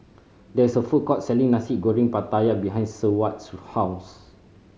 there is a food court selling Nasi Goreng Pattaya behind Seward's house